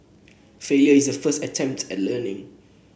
failure is the first attempt at learning